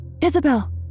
Isabel